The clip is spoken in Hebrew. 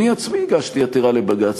אני עצמי הגשתי עתירה לבג"ץ,